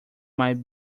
might